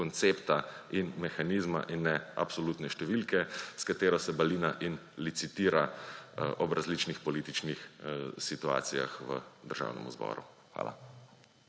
koncepta in mehanizma in ne absolutne številke, s katero se balina in licitira ob različnih političnih situacijah v Državnem zboru. Hvala.